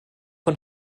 von